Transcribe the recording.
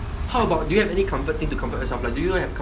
how about do you have any comfort thing to comfort yourself like do you have